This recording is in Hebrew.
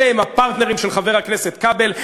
אלה הם הפרטנרים של חבר הכנסת כבל,